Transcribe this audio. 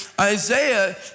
Isaiah